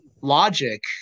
logic